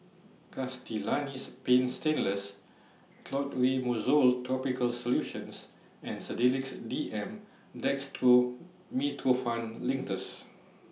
Castellani's Paint Stainless Clotrimozole Topical Solution and Sedilix D M Dextromethorphan Linctus